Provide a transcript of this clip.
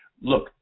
look